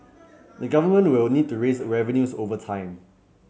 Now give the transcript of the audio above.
the Government will need to raise revenues over time